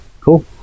Cool